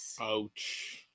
Ouch